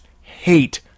hate